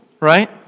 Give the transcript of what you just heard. right